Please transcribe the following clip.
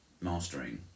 mastering